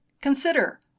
Consider